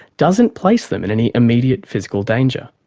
doesn't place them in any immediate physical danger.